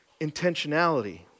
intentionality